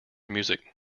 music